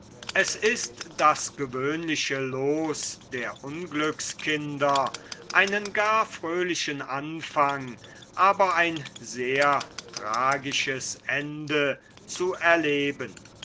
es ist das gewöhnliche loos der unglückskinder einen gar fröhlichen anfang aber ein sehr tragisches ende zu erleben